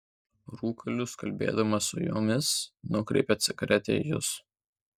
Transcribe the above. rūkalius kalbėdamas su jumis nukreipia cigaretę į jus